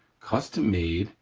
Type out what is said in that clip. custom-made,